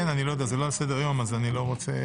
זה לא על סדר-היום, אז אני לא רוצה.